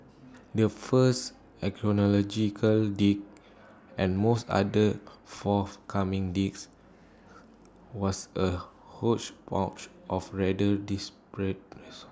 the first archaeological dig and most other forthcoming digs was A hodgepodge of rather